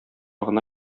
гына